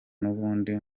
n’ubundi